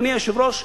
אדוני היושב-ראש,